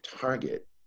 target